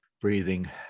breathing